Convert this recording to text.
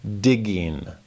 digging